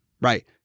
Right